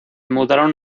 mudaron